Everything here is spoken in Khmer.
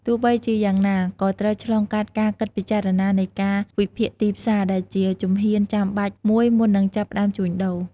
ទោះបីជាយ៉ាងណា ក៏ត្រូវឆ្លងកាត់ការគិតពិចារណានៃការវិភាគទីផ្សារ ដែលជាជំហានចាំបាច់មួយមុននឹងចាប់ផ្តើមជួញដូរ។